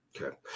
Okay